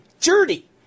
Dirty